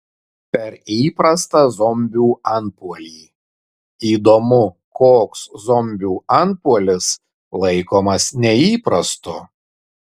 per įprastą zombių antpuolį įdomu koks zombių antpuolis laikomas neįprastu